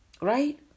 right